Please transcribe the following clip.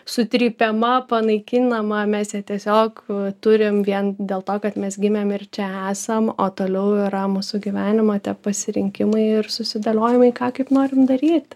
sutrypiama panaikinama mes ją tiesiog turim vien dėl to kad mes gimėm ir čia esam o toliau yra mūsų gyvenimo tie pasirinkimai ir susidėliojimai ką kaip norim daryt